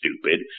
stupid